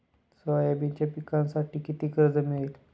सोयाबीनच्या पिकांसाठी किती कर्ज मिळेल?